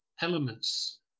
elements